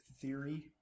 theory